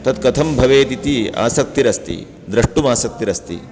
तत् कथं भवेत् इति आसक्तिरस्ति द्रष्टुम् आसक्तिरस्ति